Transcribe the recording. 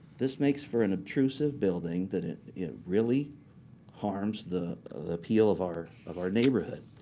this makes for an obtrusive building that really harms the appeal of our of our neighborhood.